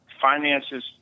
finances